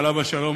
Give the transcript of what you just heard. עליו השלום,